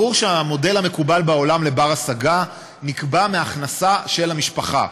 ברור שהמודל המקובל בעולם לבר-השגה נקבע מהכנסה של המשפחה.